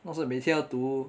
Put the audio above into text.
要是每天要读